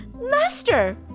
Master